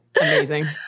Amazing